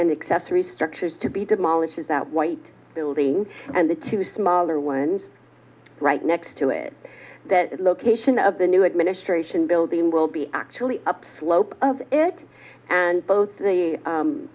and accessory structures to be demolished as that white building and the two smaller ones right next to it that location of the new administration building will be actually upslope of it and both